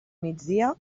migdia